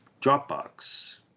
Dropbox